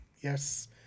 Yes